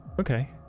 Okay